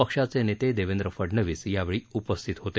पक्षाचे नेते देवेंद्र फडनवीस यावेळी उपस्थित होते